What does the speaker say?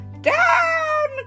Down